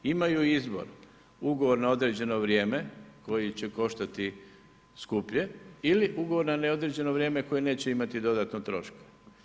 Imaju izbor, ugovor na određeno vrijeme, koje će koštati skuplje ili ugovor na neodređeno vrijeme, koje neće imati dodatno troška.